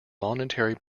monetary